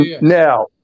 Now